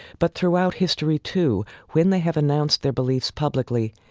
but throughout history, too, when they have announced their beliefs publicly,